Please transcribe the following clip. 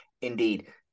Indeed